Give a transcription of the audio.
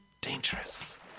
Dangerous